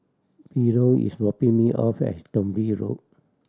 Philo is dropping me off at Thong Bee Road